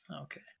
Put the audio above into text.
Okay